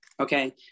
Okay